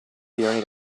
period